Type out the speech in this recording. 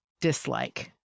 dislike